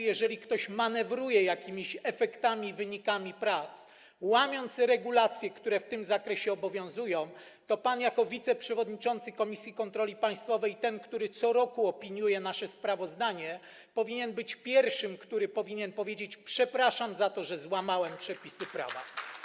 Jeżeli ktoś manewruje jakimiś efektami, wynikami prac, łamiąc regulacje, które w tym zakresie obowiązują, to pan jako wiceprzewodniczący Komisji do Spraw Kontroli Państwowej i ten, który co roku opiniuje nasze sprawozdanie, powinien być pierwszym, który powinien powiedzieć: przepraszam za to, że złamałem przepisy prawa.